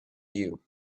you